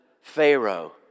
pharaoh